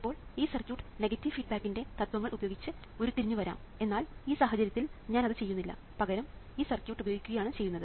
ഇപ്പോൾ ഈ circuit negative ഫീഡ്ബാക്കിന്റെ തത്വങ്ങൾ ഉപയോഗിച്ച് ഉരുത്തിരിഞ്ഞു വരാം എന്നാൽ ഈ സാഹചര്യത്തിൽ ഞാൻ അത് ചെയ്യുന്നില്ല പകരം ഈ സർക്യൂട്ട് ഉപയോഗിക്കുകയാണ് ചെയ്യുന്നത്